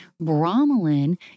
Bromelain